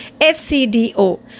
FCDO